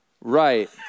Right